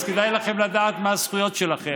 אז כדאי לכם לדעת מה הזכויות שלכם.